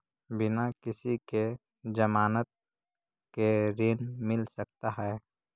बिना किसी के ज़मानत के ऋण मिल सकता है?